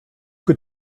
que